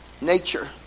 nature